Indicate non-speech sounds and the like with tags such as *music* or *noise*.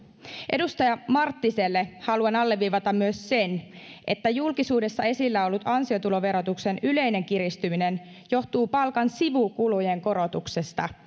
edustaja marttiselle haluan alleviivata myös sen että julkisuudessa esillä ollut ansiotuloverotuksen yleinen kiristyminen johtuu palkan sivukulujen korotuksista *unintelligible*